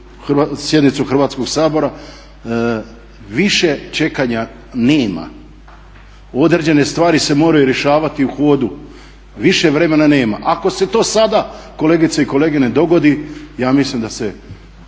sjednicu Hrvatskog sabora, više čekanja nema. Određeni stvari se moraju rješavati u hodu, više vremena nema. Ako se to sada kolegice i kolege ne dogodi ja mislim da se